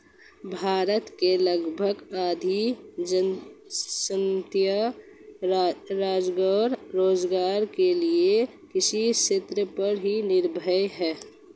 भारत की लगभग आधी जनसंख्या रोज़गार के लिये कृषि क्षेत्र पर ही निर्भर है